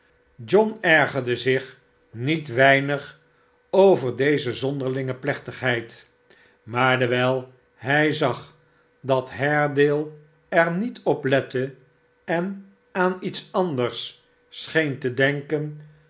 john ergerde zich niet weinig over deze zonderlinge plechtigheid maar dewijl hij zag dat haredale er niet op lette en aan iets anders scheen te denken